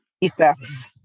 effects